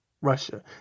Russia